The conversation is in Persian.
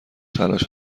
تلاش